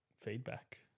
feedback